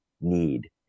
need